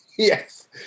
Yes